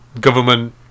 government